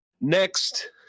Next